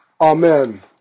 Amen